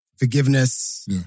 Forgiveness